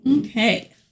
Okay